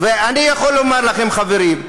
אני יכול לומר לכם, חברים: